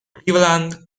cleveland